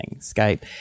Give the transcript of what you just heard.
Skype